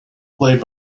played